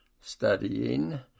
studying